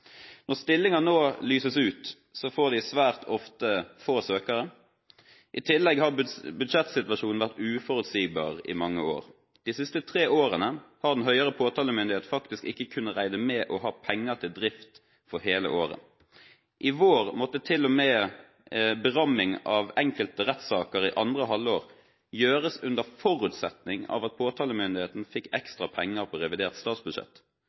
Når stillinger nå lyses ut, får de svært ofte få søkere. I tillegg har budsjettsituasjonen vært uforutsigbar i mange år. De siste tre årene har den høyere påtalemyndighet faktisk ikke kunnet regne med å ha penger til drift for hele året. I vår måtte til og med beramming av enkelte rettssaker i andre halvår gjøres under forutsetning av at påtalemyndigheten fikk ekstra penger på revidert statsbudsjett.